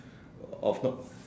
of not